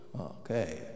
Okay